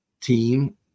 team